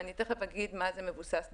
ואני תיכף אגיד מה זה מבוסס דיגיטלית.